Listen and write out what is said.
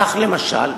כך, למשל,